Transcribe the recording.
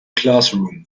classroom